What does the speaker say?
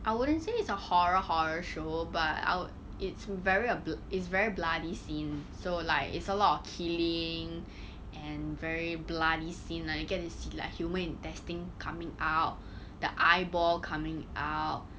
I wouldn't say it's a horror horror show but I would it's very a bl~ it's very bloody scene so like it's a lot of killing and very bloody scene lah you get to see like human intestine coming out the eyeball coming out